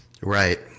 right